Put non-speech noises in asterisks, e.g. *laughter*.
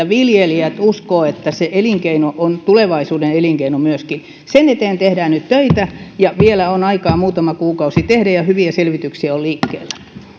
*unintelligible* viljelijät uskovat että se elinkeino on myöskin tulevaisuuden elinkeino sen eteen tehdään nyt töitä ja vielä on aikaa muutama kuukausi tehdä ja hyviä selvityksiä on liikkeellä